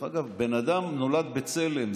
בן אדם נולד בצלם,